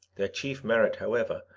their chief merit, however,